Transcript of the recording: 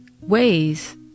ways